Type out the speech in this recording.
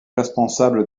responsable